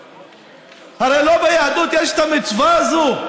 הרי גם ביהדות יש את המצווה הזאת.